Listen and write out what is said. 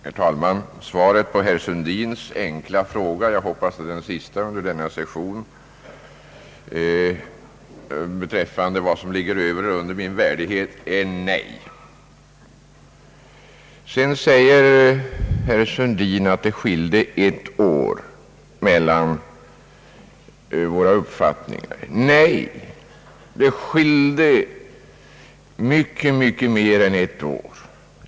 Herr talman! Svaret på herr Sundins enkla fråga — jag hoppas det är den sista under denna session — beträffande vad som ligger över eller under min värdighet är nej. Herr Sundin sade vidare att det skilde ett år mellan våra uppfattningar. Nej! Det skiljer mycket, mycket mer än ett år.